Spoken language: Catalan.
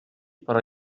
però